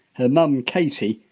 her mum, yeah katie,